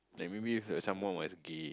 like maybe like if someone was gay